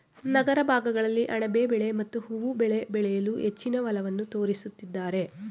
ನಗರ ಭಾಗಗಳಲ್ಲಿ ಅಣಬೆ ಬೆಳೆ ಮತ್ತು ಹೂವು ಬೆಳೆ ಬೆಳೆಯಲು ಹೆಚ್ಚಿನ ಒಲವನ್ನು ತೋರಿಸುತ್ತಿದ್ದಾರೆ